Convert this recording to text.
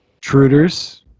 Truders